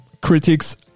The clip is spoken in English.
critics